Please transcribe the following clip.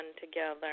together